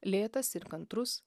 lėtas ir kantrus